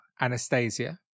Anastasia